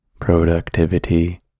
productivity